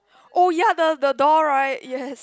oh ya the the door right yes